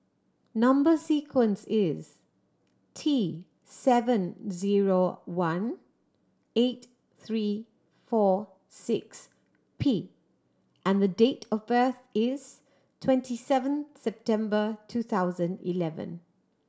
number sequence is T seven zero one eight three four six P and date of birth is twenty seven September two thousand eleven